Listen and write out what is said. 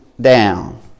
down